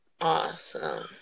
Awesome